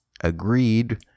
Agreed